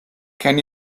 can